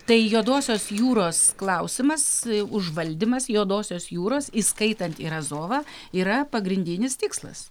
tai juodosios jūros klausimas užvaldymas juodosios jūros įskaitant ir azovą yra pagrindinis tikslas